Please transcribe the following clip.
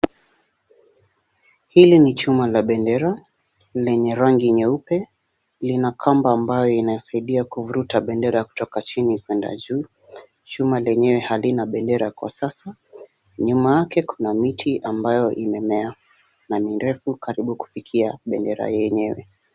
Hili ni chuma la bendera lenye rangi nyeupe. Lina kamba ambayo inasaidia kuvuruta bendera kutoka chini kwenda juu. Chuma lenyewe halina bendera kwa sasa. Nyuma yake kuna miti ambayo imemea na ni refu karibu kufikia bendera yenyewe.